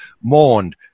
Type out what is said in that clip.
mourned